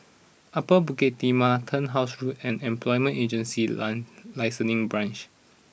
Upper Bukit Timah Turnhouse Road and Employment Agency long Licensing Branch